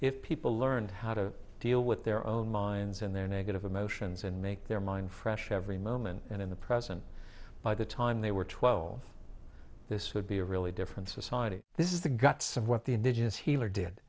if people learned how to deal with their own minds and their negative emotions and make their mind fresh every moment and in the present by the time they were twelve this would be a really different society this is the guts of what the indigenous healer did